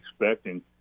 expecting